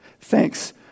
Thanks